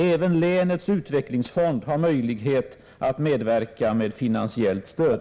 Även länets utvecklingsfond har möjlighet att medverka med finansiellt stöd.